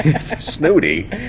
Snooty